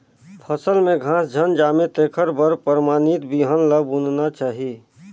फसल में घास झन जामे तेखर बर परमानित बिहन ल बुनना चाही